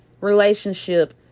relationship